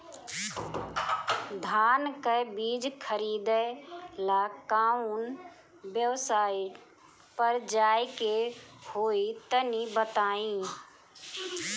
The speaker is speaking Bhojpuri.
धान का बीज खरीदे ला काउन वेबसाइट पर जाए के होई तनि बताई?